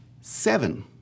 seven